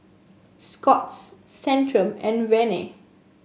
Scott's Centrum and Rene